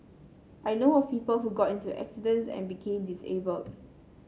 I know of people who got into accidents and became disabled